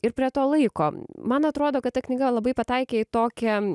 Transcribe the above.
ir prie to laiko man atrodo kad ta knyga labai pataikė į tokią